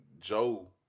Joe